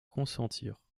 consentir